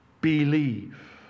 believe